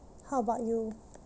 how about you